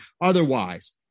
Otherwise